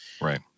Right